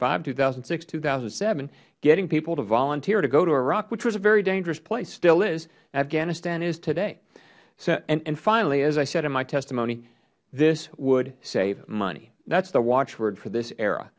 five two thousand and six two thousand and seven getting people to volunteer to go to iraq which was a very dangerous place still is afghanistan is today and finally as i said in my testimony this would save money that is the watchword for this era